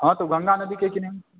हाँ तो गंगा नदी के किनारे